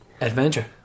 adventure